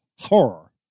horror